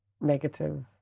negative